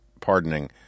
pardoning